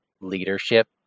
leadership